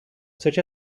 such